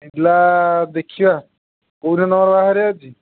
ପିଲା ଦେଖିବା କେଉଁ ଦିନ ତମର ବାହାଘରିଆ ଅଛି